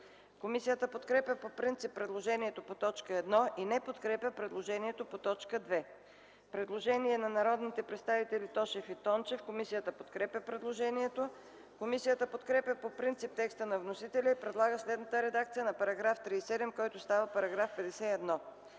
Комисията подкрепя по принцип предложението по т. 1 и не подкрепя предложението по т. 2. Постъпило е предложение от народните представители Тошев и Тончев. Комисията подкрепя предложението. Комисията подкрепя по принцип текста на вносителя и предлага следната редакция на § 37, който става § 51: „§ 51.